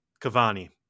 Cavani